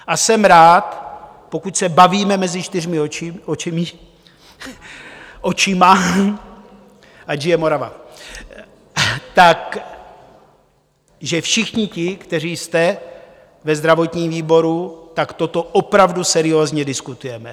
A jsem rád, pokud se bavíme mezi čtyřmi očimi očima ať žije Morava že všichni ti, kteří jste ve zdravotním výboru, tak toto opravdu seriózně diskutujeme.